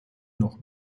noch